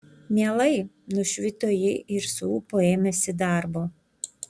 mielai nušvito ji ir su ūpu ėmėsi darbo